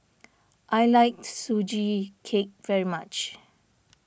I like Sugee Cake very much